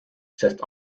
sest